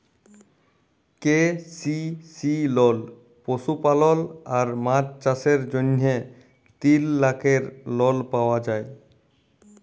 KCC লল পশুপালল আর মাছ চাষের জ্যনহে তিল লাখের লল পাউয়া যায়